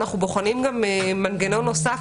אנחנו גם בוחנים מנגנון נוסף,